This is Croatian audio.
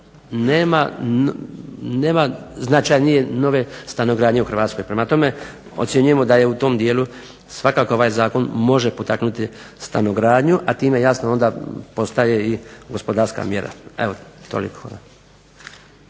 nema značajnije nove stanogradnje u Hrvatskoj. Prema tome, ocjenjujemo da u tom dijelu svakako ovaj zakon može potaknuti stanogradnju, a time jasno onda postaje i gospodarska mjera. Evo toliko,